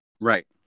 Right